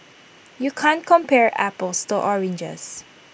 you can't compare apples to oranges